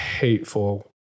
hateful